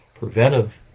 preventive